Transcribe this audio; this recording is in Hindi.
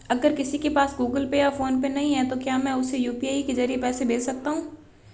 अगर किसी के पास गूगल पे या फोनपे नहीं है तो क्या मैं उसे यू.पी.आई के ज़रिए पैसे भेज सकता हूं?